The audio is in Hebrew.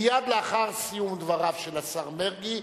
מייד לאחר סיום דבריו של השר מרגי,